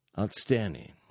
Outstanding